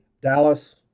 Dallas